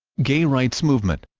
gay rights movement